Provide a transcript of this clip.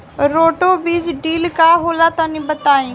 Roto बीज drill का होला तनि बताई?